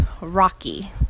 Rocky